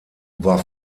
war